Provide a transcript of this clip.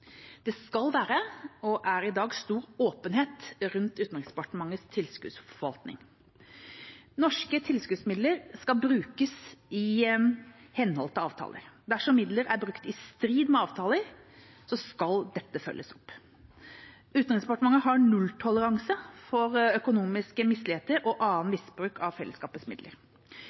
Det skal være og er i dag stor åpenhet rundt Utenriksdepartementets tilskuddsforvaltning. Norske tilskuddsmidler skal brukes i henhold til avtaler. Dersom midler er brukt i strid med avtaler, skal dette følges opp. Utenriksdepartementet har nulltoleranse for økonomiske misligheter og annen misbruk av fellesskapets midler.